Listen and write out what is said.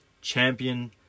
champion